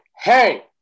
hey